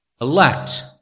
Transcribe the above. elect